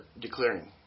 declaring